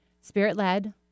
Spirit-led